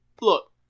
Look